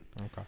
Okay